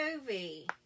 movie